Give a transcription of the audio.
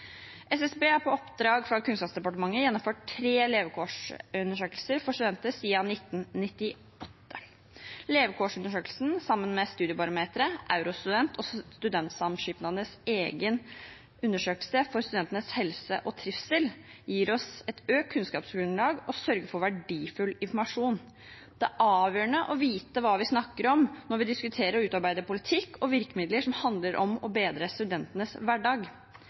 SSB har på oppdrag fra Kunnskapsdepartementet gjennomført tre levekårsundersøkelser blant studenter siden 1998. Levekårsundersøkelsen, sammen med Studiebarometeret, Eurostudent og studentsamskipnadenes egen undersøkelse av studentenes helse og trivsel, gir oss et økt kunnskapsgrunnlag og sørger for verdifull informasjon. Det er avgjørende å vite hva vi snakker om når vi diskuterer å utarbeide politikk og virkemidler som handler om å bedre studentenes hverdag.